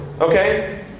Okay